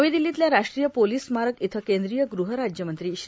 नवी दिल्लीतल्या राष्ट्रीय पोलीस स्मारक इथं केंद्रीय गृहराज्यमंत्री श्री